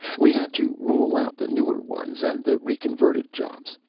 we had to rule out the newer ones and the reconverted jobs.